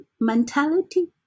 mentality